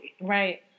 Right